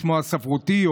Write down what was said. בשמו הספרותי,